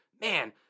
Man